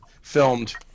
filmed